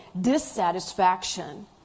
dissatisfaction